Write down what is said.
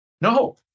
no